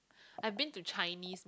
I've been to Chinese